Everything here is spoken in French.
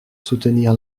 soutenir